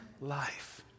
life